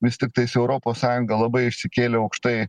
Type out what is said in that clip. vis tiktais europos sąjunga labai išsikėlė aukštai